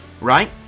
right